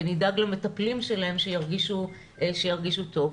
נדאג למטפלים שלהם שירגישו טוב.